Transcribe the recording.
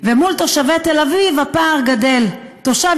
ולעומת תושבי תל אביב הפער גדל: תושב